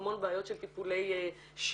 המון בעיות של טיפולי שיניים,